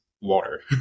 water